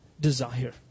desire